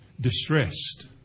Distressed